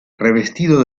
revestido